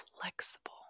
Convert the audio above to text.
flexible